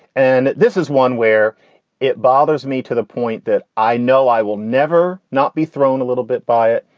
and this is one where it bothers me to the point that i know i will never not be thrown a little bit by it.